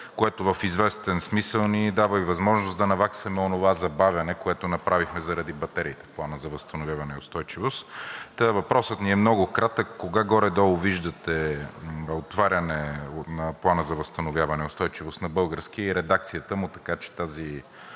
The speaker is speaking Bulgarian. което в известен смисъл ни дава и възможност да наваксаме онова забавяне, което направихме заради батериите в Плана за възстановяване и устойчивост. Въпросът ми е много кратък: кога горе-долу виждате отваряне на Плана за възстановяване и устойчивост на български и редакцията му, така че тази